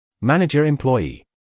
Manager-employee